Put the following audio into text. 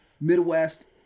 Midwest